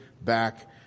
back